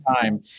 time